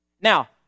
Now